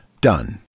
Done